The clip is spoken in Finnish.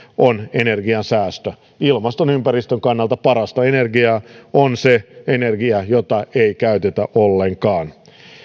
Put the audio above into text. on energiansäästö ilmaston ympäristön kannalta parasta energiaa on se energia jota ei käytetä ollenkaan